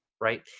right